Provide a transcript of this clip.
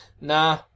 Nah